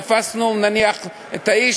תפסנו את האיש,